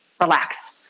relax